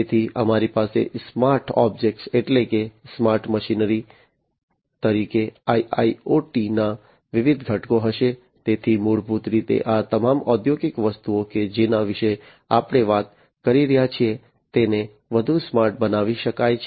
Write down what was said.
તેથી અમારી પાસે સ્માર્ટ ઑબ્જેક્ટ્સ એટલે કે સ્માર્ટ મશીનરી તરીકે IIoT ના વિવિધ ઘટકો હશે તેથી મૂળભૂત રીતે આ તમામ ઔદ્યોગિક વસ્તુઓ કે જેના વિશે આપણે વાત કરી રહ્યા છીએ તેને વધુ સ્માર્ટ બનાવી શકાય છે